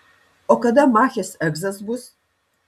o kada machės egzas bus